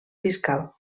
fiscal